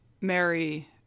Mary